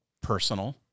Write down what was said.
personal